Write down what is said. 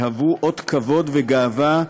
יהיו אות כבוד וגאווה,